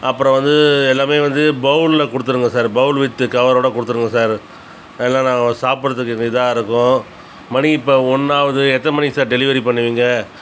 அப்புறம் வந்து எல்லாமே வந்து பவுல்ல கொடுத்துருங்க சார் பவுல் வித்து கவரோட கொடுத்துருங்க சார் அதுதான் நான் சாப்பிடுகிறதுக்கு இதாக இருக்கும் மணி இப்போ ஒன்று ஆகுது எத்தனை மணிக்கு சார் டெலிவரி பண்ணுவிங்கள்